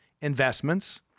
investments